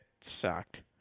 sucked